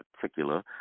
particular